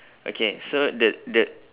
okay so the the